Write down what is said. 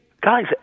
Guys